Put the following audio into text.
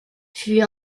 fut